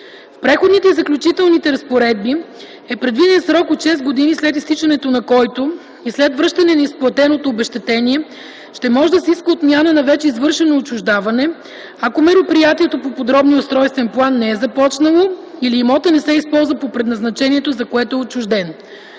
В Преходните и заключителните разпоредби е предвиден срок от 6 години, след изтичането на който и след връщане на изплатеното обезщетение ще може да се иска отмяна на вече извършено отчуждаване, ако мероприятието по подробния устройствен план не е започнало или имотът не се използва по предназначението, за което е отчужден.